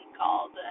called